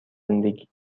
زندگی